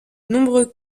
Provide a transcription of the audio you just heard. nombreux